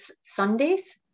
Sundays